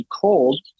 cold